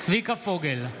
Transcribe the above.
צביקה פוגל,